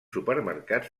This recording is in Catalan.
supermercat